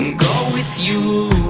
with you.